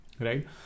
right